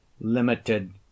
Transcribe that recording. limited